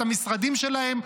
את המשרדים שלהן,